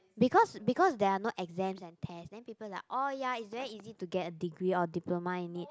because because there are no exams and tests then people like oh ya it's very easy to get a degree or diploma in it